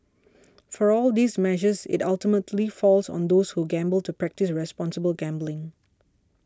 for all these measures it ultimately falls on those who gamble to practise responsible gambling